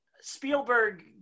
Spielberg